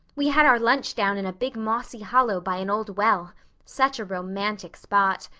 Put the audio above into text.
we had our lunch down in a big mossy hollow by an old well such a romantic spot.